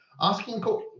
asking